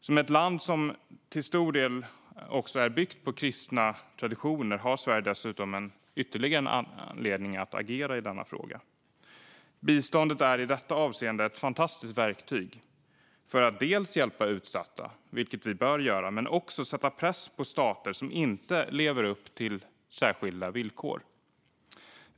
Som ett land som till stor del är byggt på kristna traditioner har Sverige dessutom ytterligare anledning att agera i denna fråga. Biståndet är i detta avseende ett fantastiskt verktyg för att hjälpa utsatta, vilket vi bör göra, men också för att sätta press på stater som inte lever upp till särskilda villkor.